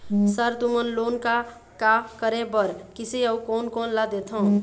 Sir तुमन loan का का करें बर, किसे अउ कोन कोन ला देथों?